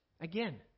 Again